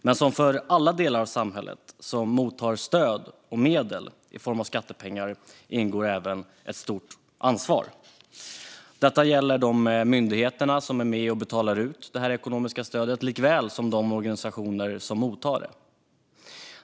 Men som för alla delar av samhället som mottar stöd och medel i form av skattepengar ingår även ett stort ansvar. Detta gäller de myndigheter som betalar ut detta ekonomiska stöd likaväl som de organisationer som mottar det.